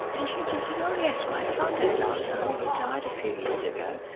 and he just said, oh yes, my father had alzheimer's, he died a few years ago.